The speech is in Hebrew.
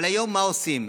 אבל היום, מה עושים?